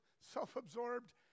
self-absorbed